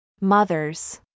Mothers